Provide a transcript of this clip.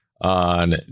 on